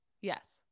Yes